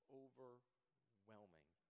overwhelming